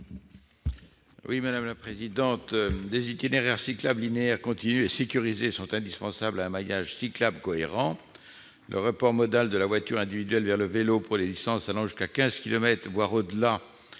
Louis-Jean de Nicolaÿ. Des itinéraires cyclables linéaires, continus et sécurisés sont indispensables à un maillage cyclable cohérent. Le report modal de la voiture individuelle vers le vélo pour des distances allant jusqu'à 15 kilomètres, voire au-delà, sera rendu